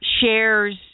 shares